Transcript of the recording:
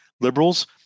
Liberals